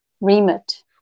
remit